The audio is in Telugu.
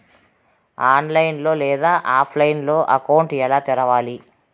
ఆన్లైన్ లేదా ఆఫ్లైన్లో అకౌంట్ ఎలా తెరవాలి